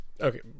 Okay